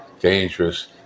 dangerous